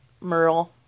Merle